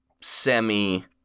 semi